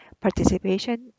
participation